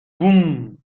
بوووم